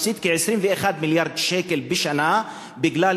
מפסיד כ-21 מיליארד שקל בשנה בגלל